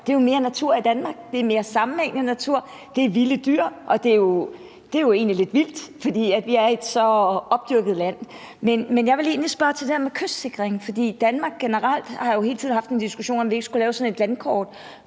er jo mere natur i Danmark – det er mere sammenhængende natur, det er vilde dyr. Det er jo egentlig lidt vildt, for vi er et så opdyrket land. Men jeg vil egentlig spørge til det her med kystsikring, for i Danmark har vi jo generelt hele tiden haft en diskussion om, om vi ikke skulle lave sådan et landkort